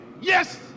yes